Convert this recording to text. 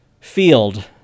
field